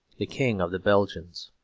the king of the belgians.